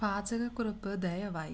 പാചകക്കുറിപ്പ് ദയവായി